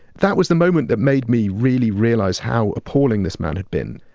that was the moment that made me really realize how appalling this man had been.